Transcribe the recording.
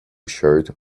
shirt